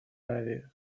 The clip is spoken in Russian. аравии